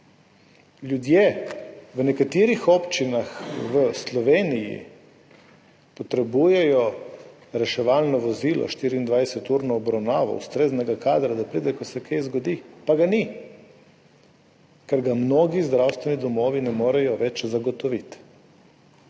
Ljudje v nekaterih občinah v Sloveniji potrebujejo reševalno vozilo, 24-urno obravnavo ustreznega kadra, da pride, ko se kaj zgodi, pa ga ni, ker ga mnogi zdravstveni domovi ne morejo več zagotoviti.